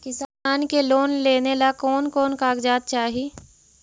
किसान के लोन लेने ला कोन कोन कागजात चाही?